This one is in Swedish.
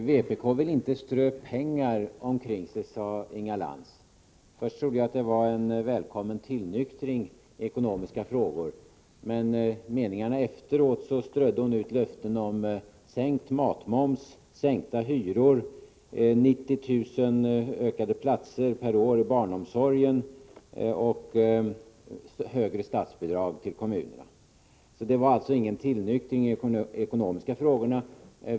Herr talman! Vpk vill inte strö pengar omkring sig, sade Inga Lantz. Först trodde jag att det var en välkommen tillnyktring i ekonomiska frågor, men i meningarna efteråt strödde hon ut löften om sänkt matmoms, sänkta hyror, 90 000 fler platser per år i barnomsorgen och högre statsbidrag till kommunerna. Det var alltså ingen tillnyktring i de ekonomiska frågorna.